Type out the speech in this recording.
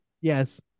Yes